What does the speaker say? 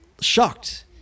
shocked